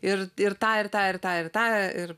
ir ir tą ir tą ir tą ir tą ir